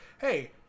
hey